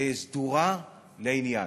סדורה בעניין.